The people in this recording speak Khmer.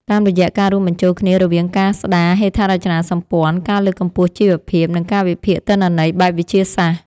តាមរយៈការរួមបញ្ចូលគ្នារវាងការស្តារហេដ្ឋារចនាសម្ព័ន្ធ ការលើកកម្ពស់ជីវភាព និងការវិភាគទិន្នន័យបែបវិទ្យាសាស្ត្រ។